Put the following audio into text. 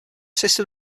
system